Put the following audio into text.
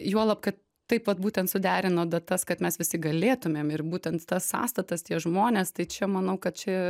juolab kad taip vat būtent suderino datas kad mes visi galėtumėm ir būtent tas sąstatas tie žmonės tai čia manau kad čia